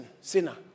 sinner